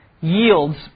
yields